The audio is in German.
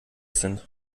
sind